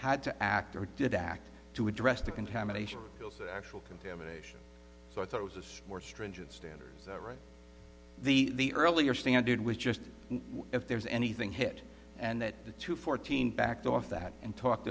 had to act or did act to address the contamination actual contamination so i thought it was more stringent standards right the earlier standard was just if there's anything hit and that the two fourteen backed off that and talked